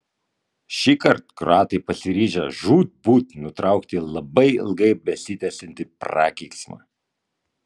šįkart kroatai pasiryžę žūtbūt nutraukti labai ilgai besitęsiantį prakeiksmą